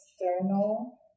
external